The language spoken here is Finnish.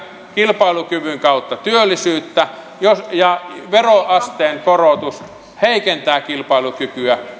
kilpailukyvyn kautta työllisyyttä ja ja kun veroasteen korotus heikentää kilpailukykyä